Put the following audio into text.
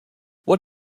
what